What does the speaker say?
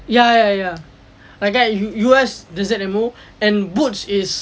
ya ya ya ya நினைக்கிறேன:ninaikkiren U_S desert camo and boots is